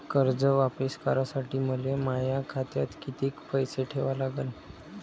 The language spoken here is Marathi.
कर्ज वापिस करासाठी मले माया खात्यात कितीक पैसे ठेवा लागन?